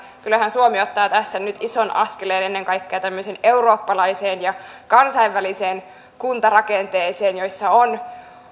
kyllähän suomi ottaa tässä nyt ison askeleen ennen kaikkea tämmöiseen eurooppalaiseen ja kansainväliseen kuntarakenteeseen jossa on